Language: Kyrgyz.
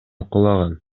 кулаган